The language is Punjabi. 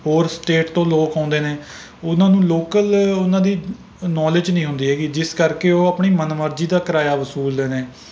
ਹੋਰ ਸਟੇਟ ਤੋਂ ਲੋਕ ਆਉਂਦੇ ਨੇ ਉਹਨਾਂ ਨੂੰ ਲੌਕਲ ਉਨ੍ਹਾਂ ਦੀ ਨੋਲੇਜ਼ ਨਹੀਂ ਹੁੰਦੀ ਹੈਗੀ ਜਿਸ ਕਰਕੇ ਉਹ ਆਪਣੀ ਮਨਮਰਜ਼ੀ ਦਾ ਕਿਰਾਇਆ ਵਸੂਲਦੇ ਨੇ